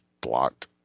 blocked